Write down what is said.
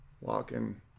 Walking